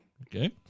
Okay